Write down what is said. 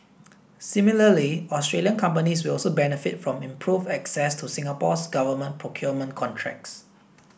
similarly Australian companies will also benefit from improved access to Singapore's government procurement contracts